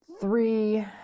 three